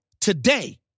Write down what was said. today